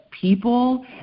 people